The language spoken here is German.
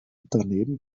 daneben